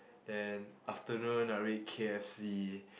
then afternoon I will eat K_F_C